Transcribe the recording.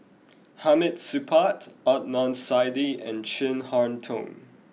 Hamid Supaat Adnan Saidi and Chin Harn Tong